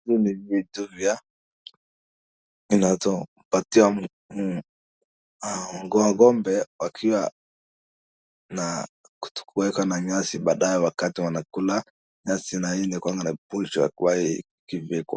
Hivi ni vitu vya inatupatia ng'ombe wakiwa na kutokuweka manyasi badala ya wakati wanakula, nyasi na hii inakuwanga na fursa na kuwai ikiwekwa.